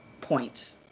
point